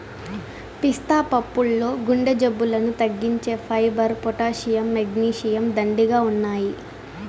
పిస్తా పప్పుల్లో గుండె జబ్బులను తగ్గించే ఫైబర్, పొటాషియం, మెగ్నీషియం, దండిగా ఉన్నాయి